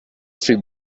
free